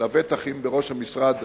לבטח אם בראש המשרד